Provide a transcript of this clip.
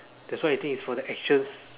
that's why I think it's for the actions